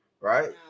right